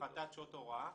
הפחתת שעות הוראה.